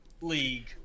League